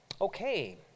Okay